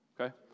Okay